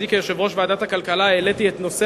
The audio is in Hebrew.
בתפקידי כיושב-ראש ועדת הכלכלה העליתי את נושא